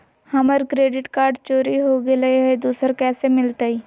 हमर credit card चोरी हो गेलय हई, दुसर कैसे मिलतई?